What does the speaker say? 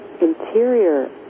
interior